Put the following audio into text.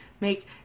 make